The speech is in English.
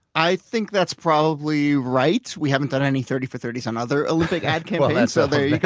i think that's probably right. we haven't done any thirty for thirty s on other big ad campaigns, so there